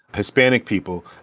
hispanic people,